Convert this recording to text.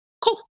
cool